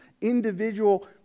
individual